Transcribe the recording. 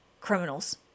criminals